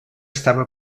estava